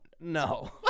no